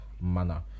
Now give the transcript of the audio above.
manner